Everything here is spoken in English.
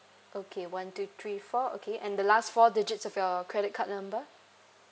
okay one two three four okay and the last four digits of your credit card number